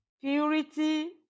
purity